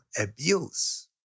abuse